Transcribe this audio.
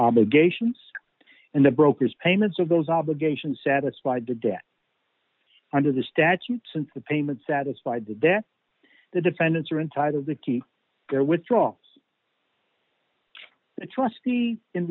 obligations and the broker's payments of those obligations satisfied the debt under the statute since the payment satisfied that the defendants are entitled to keep their withdraw the trustee in